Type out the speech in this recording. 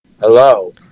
Hello